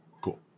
cool